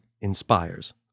inspires